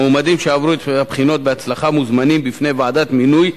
מועמדים שעברו את הבחינות בהצלחה מוזמנים בפני ועדת מינוי,